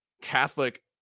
Catholic